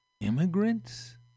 Immigrants